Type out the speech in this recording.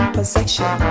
possession